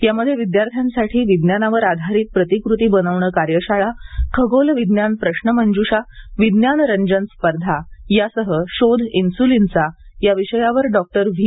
यामध्ये विद्यार्थ्यासाठी विज्ञानावर आधारित प्रतिकृती बनवणे कार्यशाळा खगोल विज्ञान प्रश्नमंज्षा विज्ञान रंजन स्पर्धा यासह शोध इन्श्लिनचा या विषयावर डॉक्टर व्ही